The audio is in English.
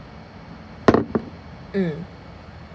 mm